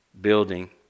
building